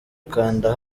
kanda